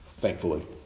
Thankfully